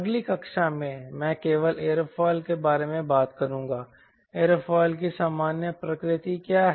अगली कक्षा में मैं केवल एयरोफॉयल के बारे में बात करूंगा एयरोफॉयल की सामान्य प्रकृति क्या है